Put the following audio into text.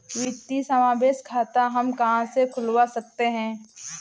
वित्तीय समावेशन खाता हम कहां से खुलवा सकते हैं?